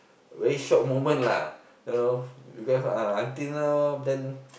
very shock moment lah you know because uh until now then